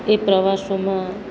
એ પ્રવાસોમાં